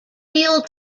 real